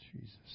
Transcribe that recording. Jesus